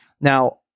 Now